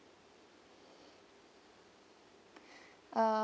ah